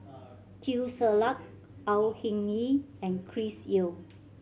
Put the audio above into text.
Teo Ser Luck Au Hing Yee and Chris Yeo